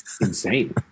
insane